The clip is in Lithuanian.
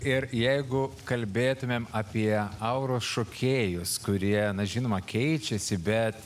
ir jeigu kalbėtumėm apie auros šokėjus kurie na žinoma keičiasi bet